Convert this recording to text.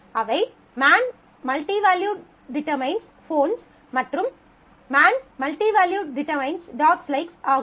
அவை man →→ phones மற்றும் man →→ dogs likes dogs likes ஆகும்